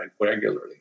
regularly